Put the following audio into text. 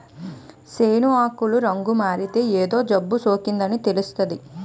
సేను ఆకులు రంగుమారితే ఏదో జబ్బుసోకిందని తెలుస్తాది